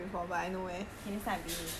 okay next time I bring you not bad